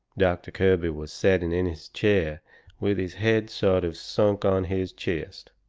doctor kirby was setting in his chair with his head sort of sunk on his chest.